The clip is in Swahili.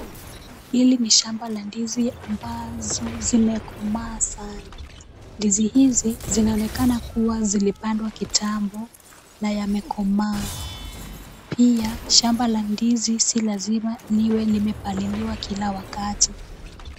Hili ni shamba la ndizi ambazo zimekomaa sana. Ndizi hizi zinaonekana kuwa zilipandwa kitambo na yamekomaa. Pia shamba la ndizi si lazima liwe limepaliliwa kila wakati.